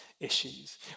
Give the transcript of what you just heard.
issues